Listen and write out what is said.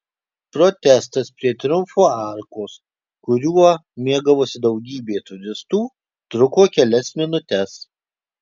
protestas prie triumfo arkos kuriuo mėgavosi daugybė turistų truko kelias minutes